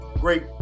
great